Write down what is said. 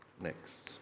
next